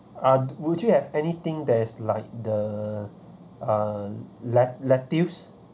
uh would you have anything that's like the uh let~ lettuce